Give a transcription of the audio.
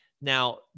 Now